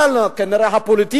אבל כנראה הפוליטיקה,